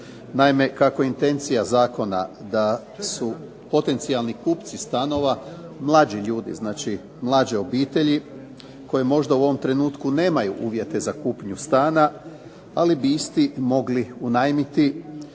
Naime, kako je intencija zakona da su potencijalni kupci stanova mlađi ljudi, znači mlađe obitelji koje možda u ovom trenutku nemaju uvjete za kupnju stana, ali bi isti mogli unajmiti